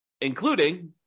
including